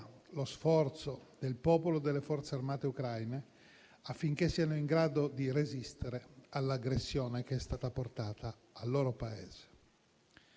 lo sforzo del popolo e delle forze armate ucraine affinché siano in grado di resistere all'aggressione che è stata portata al loro Paese.